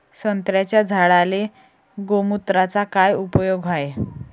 संत्र्याच्या झाडांले गोमूत्राचा काय उपयोग हाये?